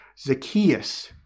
Zacchaeus